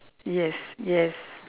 yes yes